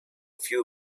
few